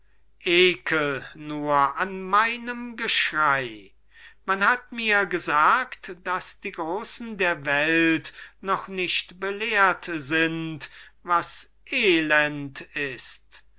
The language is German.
nur ekel ekel nur an meinem geschrei man hat mir gesagt daß die großen der welt noch nicht belehrt sind was elend ist nicht